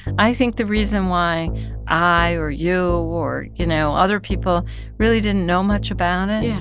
i think the reason why i or you or, you know, other people really didn't know much about it. yeah.